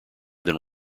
than